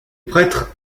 prêtre